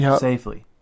safely